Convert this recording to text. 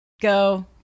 go